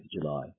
July